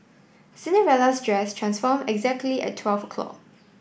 Cinderella's dress transform exactly at twelve o'clock